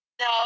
No